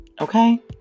Okay